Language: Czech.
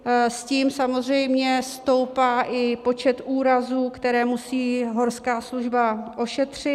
S tím samozřejmě stoupá i počet úrazů, které musí horská služba ošetřit.